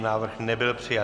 Návrh nebyl přijat.